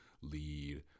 lead